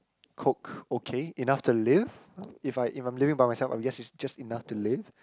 cook okay enough to live if I if I'm living by myself I guess it's just enough to live